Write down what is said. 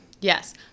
Yes